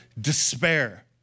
despair